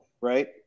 right